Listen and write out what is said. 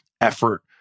effort